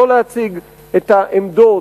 לא להציג את העמדות,